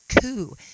coup